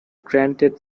granted